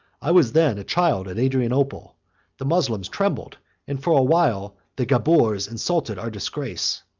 i was then a child at adrianople the moslems trembled and, for a while, the gabours insulted our disgrace.